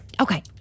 Okay